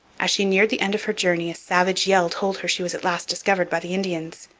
as she neared the end of her journey a savage yell told her she was at last discovered by the indians.